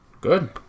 Good